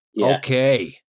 Okay